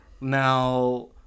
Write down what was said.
now